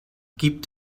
gibt